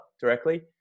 directly